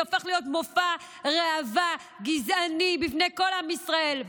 זה הופך להיות מופע ראווה גזעני בפני כל עם ישראל,